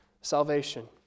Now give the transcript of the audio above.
salvation